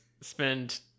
spend